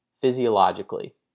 physiologically